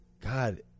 God